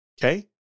Okay